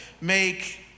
make